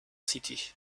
city